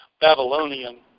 Babylonian